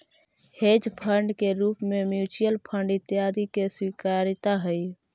hedge fund के रूप में म्यूच्यूअल फंड इत्यादि के स्वीकार्यता हई